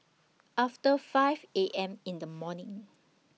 after five A M in The morning